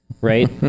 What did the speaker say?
right